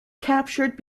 captured